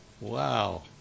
Wow